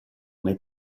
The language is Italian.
nei